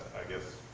i guess